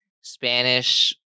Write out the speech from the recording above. Spanish